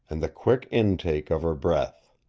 and the quick intake of her breath.